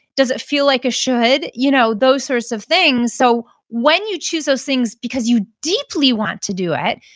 does it feel like a should? you know those sorts of things. so when you choose those things because you deeply want to do it,